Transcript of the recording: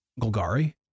Golgari